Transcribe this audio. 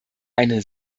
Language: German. eine